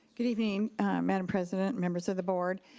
good evening madam president, members of the board.